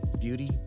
beauty